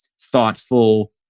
thoughtful